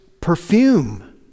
perfume